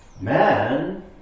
Man